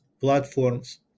platforms